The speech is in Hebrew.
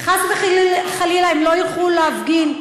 חס וחלילה הם לא יוכלו להפגין,